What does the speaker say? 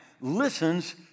listens